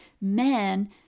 men